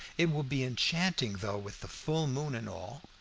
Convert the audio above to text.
it will be enchanting though, with the full moon and all.